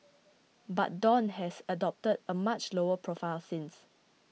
but Dawn has adopted a much lower profile since